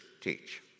teach